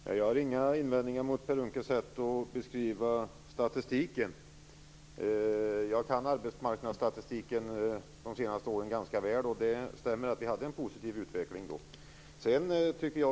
Herr talman! Jag har inga invändningar mot Per Unckels sätt att beskriva statistiken. Jag kan arbetsmarknadsstatistiken för de senaste åren ganska väl. Det stämmer att vi hade en positiv utveckling då.